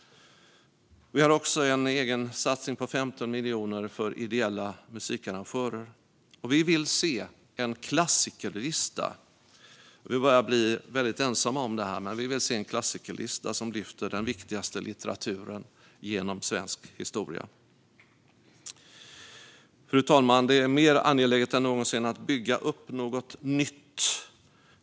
Vi har också en egen satsning på 15 miljoner för ideella musikarrangörer. Även om vi är ensamma om det vill vi se en klassikerlista som lyfter fram den viktigaste litteraturen genom svensk historia. Fru talman! Det är mer angeläget än någonsin att bygga upp något nytt.